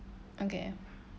okay